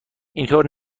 اینطور